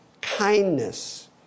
kindness